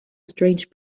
strange